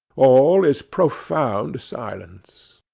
all is profound silence.